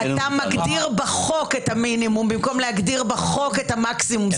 אתה מגדיר בחוק את המינימום במקום להגדיר בחוק את המקסימום,